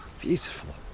Beautiful